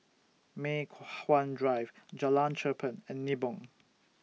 Mei Hwan Drive Jalan Cherpen and Nibong